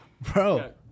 bro